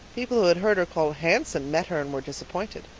people who had heard her called handsome met her and were disappointed.